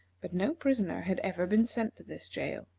but no prisoners had ever been sent to this jail.